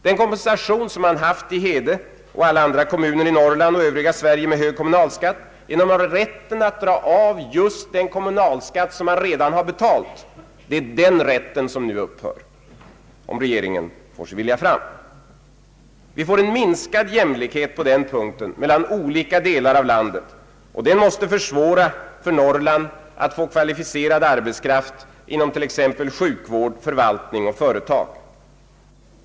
Den kompensation man haft i Hede och alla andra kommuner i Norrland och övriga Sverige genom rätten att dra av just den kommunalskatt man redan betalt, upphör om regeringen får sin vilja fram. Vi får en minskad jämlikhet på den punkten mellan olika delar av landet, och den måste försvåra för Norrland att få kvalificerad arbetskraft inom t.ex. sjukvård, förvaltning och företag.